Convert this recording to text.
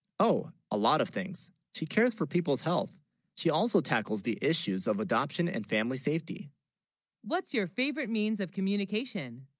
oh? a lot of things she cares for people's health she, also tackles the issues of adoption and family safety what's your favorite, means of communication